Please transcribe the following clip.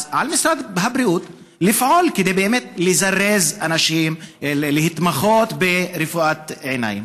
על משרד הבריאות לפעול באמת כדי לזרז אנשים להתמחות ברפואת עיניים.